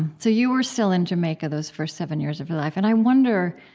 so you were still in jamaica, those first seven years of your life. and i wonder,